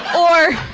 or,